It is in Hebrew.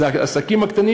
העסקים הקטנים